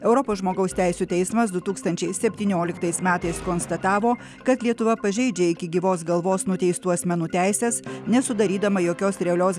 europos žmogaus teisių teismas du tūkstančiai septynioliktais metais konstatavo kad lietuva pažeidžia iki gyvos galvos nuteistų asmenų teises nesudarydama jokios realios